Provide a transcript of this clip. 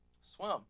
Swim